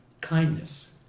kindness